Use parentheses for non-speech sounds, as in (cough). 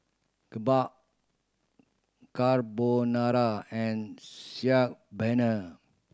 Kimbap Carbonara and (unintelligible) Paneer